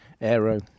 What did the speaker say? Aero